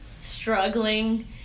struggling